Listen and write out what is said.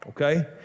Okay